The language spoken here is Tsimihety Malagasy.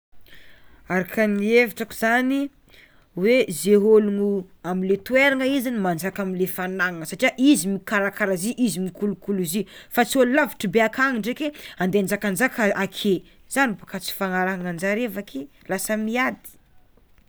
Araka ny hevitrako zany hoe ze ologno amle toerana izy no manjaka amle fagnanana satria izy mikarakara izy i, izy mikolokolo izy i fa tsy olo lavitra be akagny ndraiky ande hanjakanjaka ake, zany baoka tsy hifanarahana anjareo avakeo lasa miady.